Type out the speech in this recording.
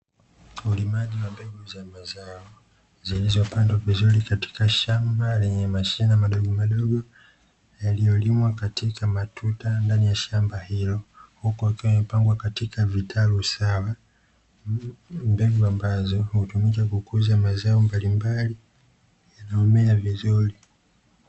Ulimaji wa mbegu za mazao zilizopandwa vizuri katika shamba lenye mashina madogomadogo, yaliyolimwa katika matuta ndani ya shamba hilo huku yakiwa yamepangwa katika vitalu saba, mbegu ambazo hutumika kukuza mazao mbalimbali na umea vizuri.